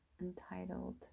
entitled